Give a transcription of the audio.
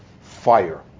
fire